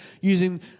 using